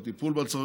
בטיפול בהצעה,